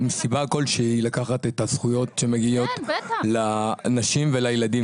את הזכויות שמגיעות לנשים ולילדים?